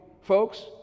Folks